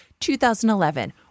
2011